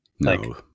No